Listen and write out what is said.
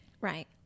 right